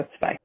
bye